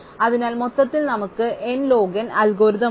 അതിനാൽ മൊത്തത്തിൽ നമുക്ക് n ലോഗ് n അൽഗോരിതം ഉണ്ട്